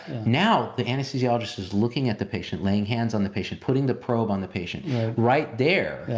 now the anesthesiologist is looking at the patient, laying hands on the patient, putting the probe on the patient right there.